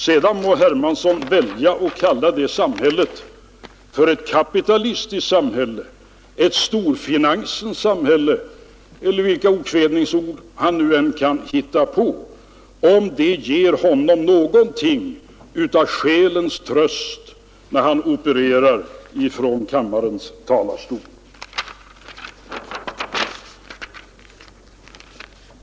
Sedan må herr Hermansson välja att kalla det ett kapitalistiskt samhälle, ett storfinansens samhälle eller vilka okvädinsord han nu än kan hitta på, om det nu ger honom någonting av själens tröst när han opererar från kammarens talarstol.